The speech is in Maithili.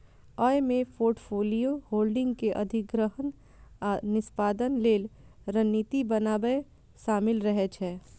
अय मे पोर्टफोलियो होल्डिंग के अधिग्रहण आ निष्पादन लेल रणनीति बनाएब शामिल रहे छै